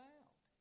out